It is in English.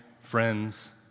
friends